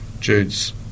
Jude's